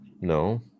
No